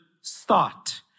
start